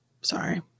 sorry